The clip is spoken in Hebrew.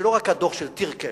שלא רק הדוח של טירקל